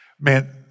man